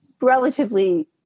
relatively